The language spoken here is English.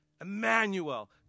Emmanuel